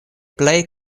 plej